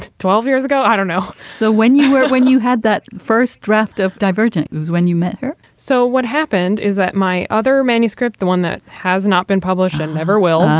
twelve years ago. i don't know so when you were when you had that first draft of divergent views when you met her so what happened is that my other manuscript, the one that has not been published and never will.